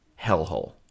hellhole